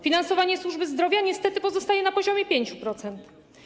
Finansowanie służby zdrowia niestety pozostaje na poziomie 5%.